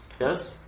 Yes